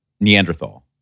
Neanderthal